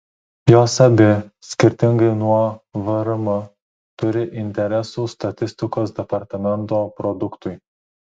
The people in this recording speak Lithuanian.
jos abi skirtingai nuo vrm turi interesų statistikos departamento produktui